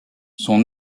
son